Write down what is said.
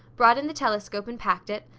brought in the telescope and packed it,